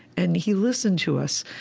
and he listened to us,